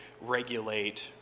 regulate